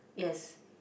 yes